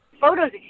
photos